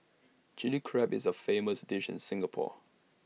Chilli Crab is A famous dish in Singapore